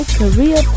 career